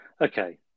Okay